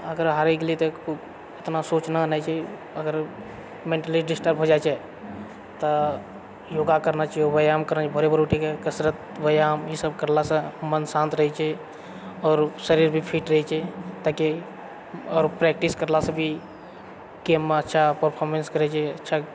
अगर हारी गेलै तऽ एतना सोचना नहि छै अगर मेन्टली डिस्टर्ब हो जाइत छै तऽ योगा करना चाही व्यायाम करना भोरे भोरे उठि कऽ कसरत व्यायाम ईसब करलासँ मन शान्त रहैत छै आओर शरीर भी फिट रहैत छै ताकि आओर प्रैक्टिस करलासँ भी गेममे अच्छा परफॉर्मेन्स करैत छै अच्छा